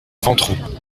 ventroux